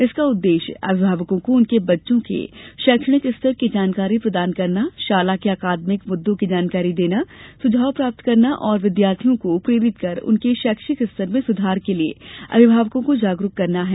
इसका उददेश्य अभिभावकों को उनके बच्चों के शैक्षणिक स्तर की जानकारी प्रदान करना शाला के अकादमिक मुद्दों की जानकारी देना सुझाव प्राप्त करना तथा विद्यार्थियों को प्रेरित कर उनके शैक्षिक स्तर में सुधार के लिये अभिभावकों को जागरुक करना है